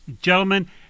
Gentlemen